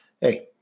hey